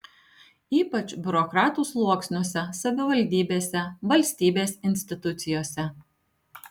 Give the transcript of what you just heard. ypač biurokratų sluoksniuose savivaldybėse valstybės institucijose